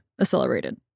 accelerated